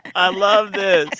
i love this